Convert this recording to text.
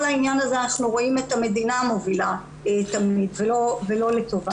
העניין הזה אנחנו רואים את המדינה מובילה תמיד ולא לטובה.